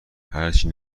هرچی